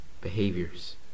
Behaviors